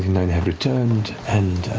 nein have returned, and